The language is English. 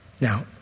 Now